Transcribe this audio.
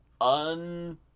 un